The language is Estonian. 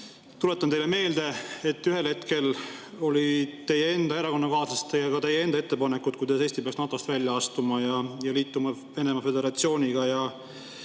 Tuletan teile meelde, et ühel hetkel olid teie erakonnakaaslastel ja teil endal ettepanekud, kuidas Eesti peaks NATO‑st välja astuma ja liituma Venemaa Föderatsiooniga,